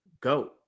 Go